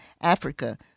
Africa